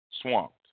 swamped